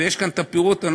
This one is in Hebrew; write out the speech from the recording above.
ויש כאן הפירוט,